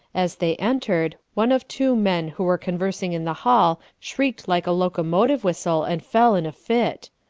as they entered, one of two men who were con versing in the hall shrieked like a locomotive whistle and fell in a fit.